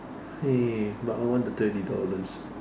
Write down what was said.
hey but I want the thirty dollars